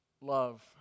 love